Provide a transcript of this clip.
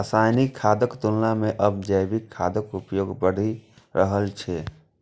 रासायनिक खादक तुलना मे आब जैविक खादक प्रयोग बढ़ि रहल छै